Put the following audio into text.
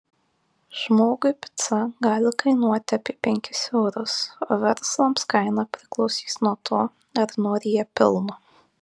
žmogui pica gali kainuoti apie penkis eurus o verslams kaina priklausys nuo to ar nori jie pelno